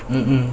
mmhmm